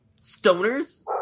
stoners